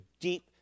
deep